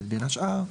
בין השאר,